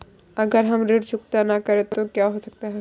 अगर हम ऋण चुकता न करें तो क्या हो सकता है?